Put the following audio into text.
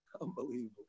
Unbelievable